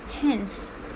Hence